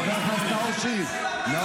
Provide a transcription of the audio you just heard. --- חבר הכנסת נאור שירי.